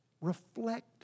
reflect